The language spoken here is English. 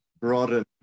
broaden